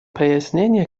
пояснения